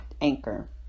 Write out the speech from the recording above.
Anchor